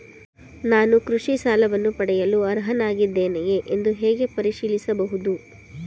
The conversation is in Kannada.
ನಾನು ಕೃಷಿ ಸಾಲವನ್ನು ಪಡೆಯಲು ಅರ್ಹನಾಗಿದ್ದೇನೆಯೇ ಎಂದು ಹೇಗೆ ಪರಿಶೀಲಿಸಬಹುದು?